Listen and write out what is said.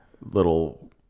little